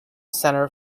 center